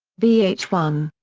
v h one.